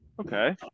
okay